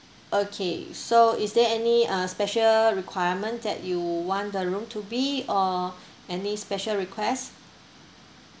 okay so is there any uh special requirement that you want the room to be or any special request